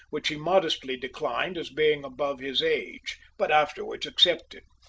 which he modestly declined as being above his age, but afterwards accepted.